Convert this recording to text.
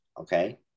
okay